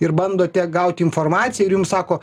ir bandote gauti informaciją ir jum sako